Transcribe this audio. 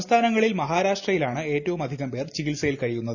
സംസ്ഥാനങ്ങളിൽ മഹാരാഷ്ട്രയിലാണ് ഏറ്റവും അധികം പേർ ചികിത്സയിൽ കഴിയുന്നത്